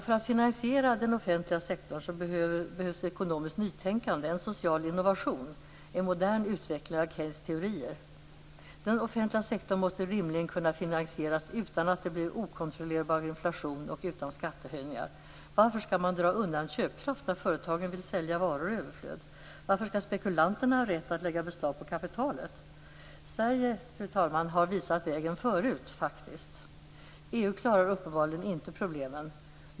För att finansiera den offentliga sektorn behövs ekonomiskt nytänkande. Det behövs en social innovation, en modern utveckling av Keynes teorier. Den offentliga sektorn måste rimligen kunna finansieras utan att det blir okontrollerbar inflation och utan skattehöjningar. Varför skall man dra undan köpkraft när företagen vill sälja varor i överflöd? Varför skall spekulanterna ha rätt att lägga beslag på kapitalet? Sverige, fru talman, har visat vägen förut - faktiskt! EU klarar uppenbarligen inte problemen.